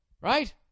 Right